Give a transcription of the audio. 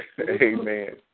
Amen